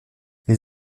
les